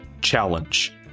challenge